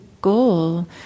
Goal